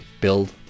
build